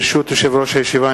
ברשות יושב-ראש הישיבה,